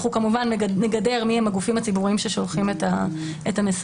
כמובן נגדר מי הם הגופים הציבוריים ששולחים את המסרים.